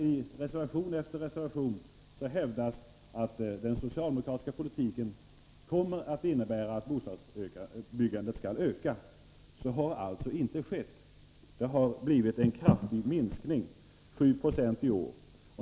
I reservation efter reservation hävdas att den socialdemokratiska politiken kommer att innebära att bostadsbyggandet ökar. Så har alltså inte skett. Det har blivit en kraftig minskning — 7 20 i år.